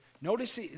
Notice